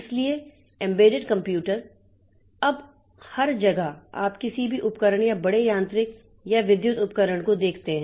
इसलिए embedded computer अब हर जगह आप किसी भी उपकरण या बड़े यांत्रिक या विद्युत उपकरण को देखते हैं